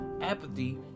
apathy